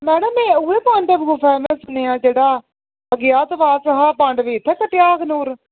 madam एह् उ'ऐ पांडव गुफा ऐ में सुनेआ जेह्ड़ा अज्ञात वास हा पांडवें इत्थै कट्टेआ हा अखनूर